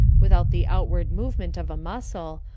without the outward movement of a muscle,